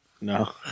No